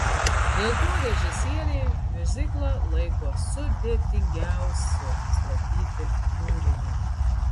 dėl to režisieriai miuziklą laiko sudėtingiausiu statyti kūriniu